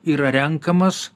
yra renkamas